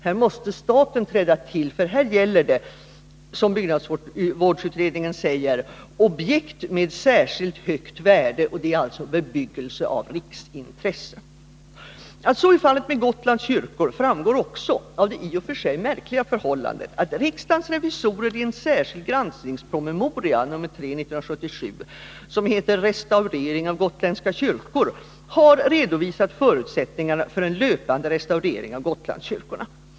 Här måste också staten träda till, för här gäller det — som byggnadsvårdsutredningen säger — ”objekt med särskilt högt värde” och alltså ”bebyggelse av riksintresse”. Att så är faliet med Gotlands kyrkor framgår också av det i och för sig märkliga förhållandet att riksdagens revisorer i en särskild granskningspromemoria, nr 3 1977, Restaurering av gotländska kyrkor, har redovisat förutsättningarna för en löpande restaurering av Gotlandskyrkorna.